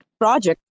project